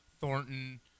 Thornton